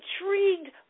intrigued